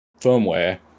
firmware